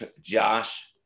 Josh